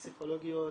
פסיכולוגיות,